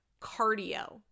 cardio